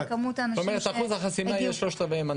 בכמות האנשים --- זאת אומרת שאחוז החסימה יהיה ¾ מנדט.